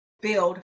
build